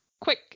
quick